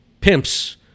pimps